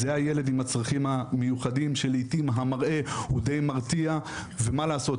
זה הילד עם הצרכים המיוחדים שלעיתים המראה הוא דיי מרתיע ואנחנו